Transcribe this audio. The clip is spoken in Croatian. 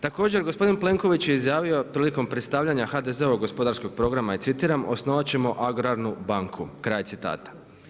Također gospodin Plenković je izjavio prilikom predstavljanja HDZ-ovog gospodarskog programa i citiram: „Osnovat ćemo Agrarnu banku.“ Kraj citata.